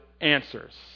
answers